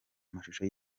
amashusho